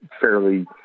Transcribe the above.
fairly